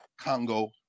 congo